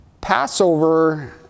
Passover